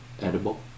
edible